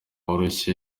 woroshye